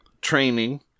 training